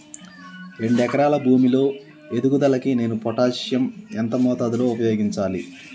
రెండు ఎకరాల భూమి లో ఎదుగుదలకి నేను పొటాషియం ఎంత మోతాదు లో ఉపయోగించాలి?